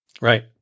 Right